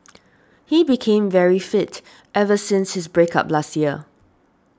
he became very fit ever since his break up last year